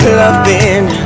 loving